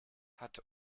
hat